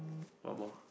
one more